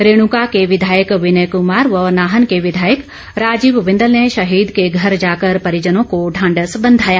रेणुका के विधायक विनय कमार व नाहन के विधायक राजीव बिंदल ने शहीद के घर जाकर परिजनों को ढांढस बंधाया